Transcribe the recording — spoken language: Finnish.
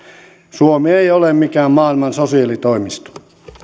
suomi ei ole mikään maailman sosiaalitoimisto